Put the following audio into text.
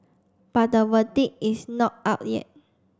but the verdict is not out yet